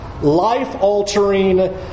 Life-altering